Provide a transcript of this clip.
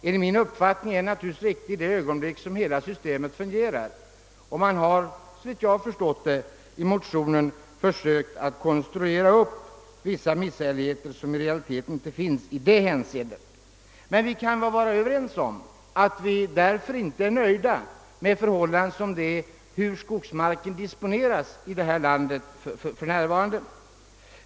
Enligt min uppfattning är den riktig i det ögonblick som hela systemet fungerar. Man har såvitt jag har förstått i motionen försökt att konstruera upp vissa misshälligheter som emellertid inte finns i det hänseendet. Men vi kan väl vara överens om att vi därför inte är nöjda med de förhållanden som råder i fråga om hur skogsmarken disponeras i detta land för närvarande.